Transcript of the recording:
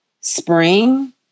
Spring